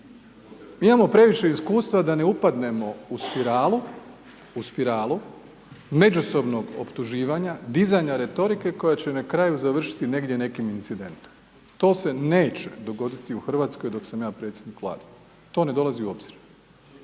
imamo previše iskustva da ne upadnemo u spiralu, u spiralu međusobnog optuživanja, dizanja retorike koja će na kraju završiti negdje nekim incidentom, to se neće dogoditi u Hrvatskoj dok sam ja predsjednik Vlade, to ne dolazi u obzir.